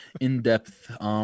in-depth